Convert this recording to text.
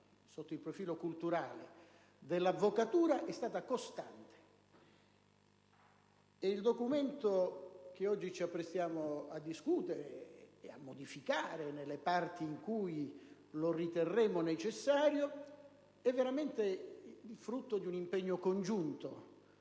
sotto il profilo culturale dell'avvocatura è stata sempre costante. Il documento che oggi ci apprestiamo a discutere, e a modificare nelle parti in cui lo riterremo necessario, è veramente il frutto di un impegno congiunto,